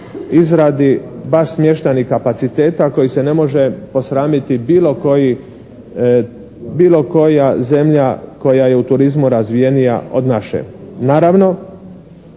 izradi baš smještajnih kapaciteta koji se ne može posramiti bilo koji, bilo koja zemlja koja je u turizmu razvijenija od naše. Naravno